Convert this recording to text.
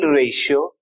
ratio